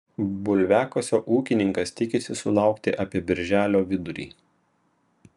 bulviakasio ūkininkas tikisi sulaukti apie birželio vidurį